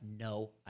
no